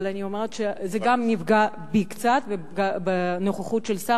אבל אני אומרת שזה גם פגע בי קצת, ובנוכחות של שר.